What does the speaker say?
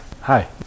Hi